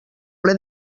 ple